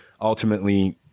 ultimately